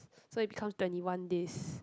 so it becomes twenty one days